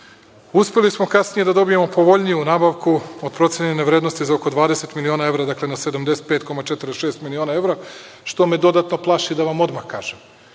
mesec. Uspeli smo kasnije da dobijemo povoljniju nabavku od procenjene vrednosti, za oko 20 miliona evra, dakle na 75,46 miliona evra, što me dodatno plaši da vam odmah kažem.